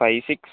five six